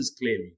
clearly